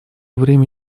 время